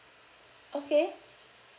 okay